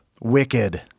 wicked